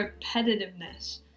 repetitiveness